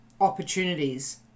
opportunities